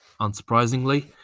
Unsurprisingly